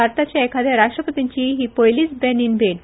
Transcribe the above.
भारताच्या एखाद्या राष्ट्रपतींची ही पयलीच बेनीन भेट